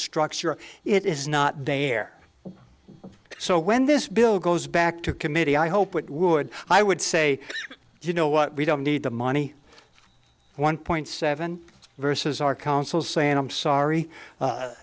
structure it is not day air so when this bill goes back to committee i hope it would i would say you know what we don't need the money one point seven versus our council saying i'm sorry